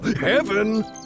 heaven